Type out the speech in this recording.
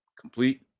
Complete